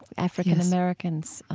african-americans, ah